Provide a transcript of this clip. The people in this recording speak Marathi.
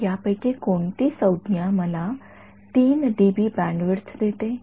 तर यापैकी कोणती संज्ञा मला ३ डीबी बँडविड्थ देते